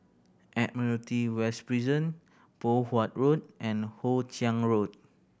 Admiralty West Prison Poh Huat Road and Hoe Chiang Road